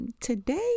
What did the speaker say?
Today